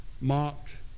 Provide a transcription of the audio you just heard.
mocked